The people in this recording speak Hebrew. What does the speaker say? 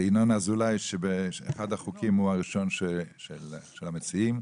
ינון אזולאי, הוא הראשון של המציעים,